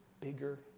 bigger